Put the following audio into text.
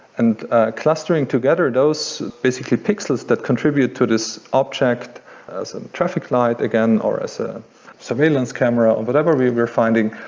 and ah clustering together those basically pixels that contribute to this object as a traffic light again, or as a surveillance camera, or whatever we were finding,